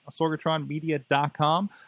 sorgatronmedia.com